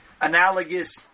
analogous